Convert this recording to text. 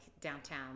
downtown